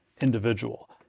individual